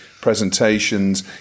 presentations